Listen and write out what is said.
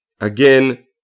Again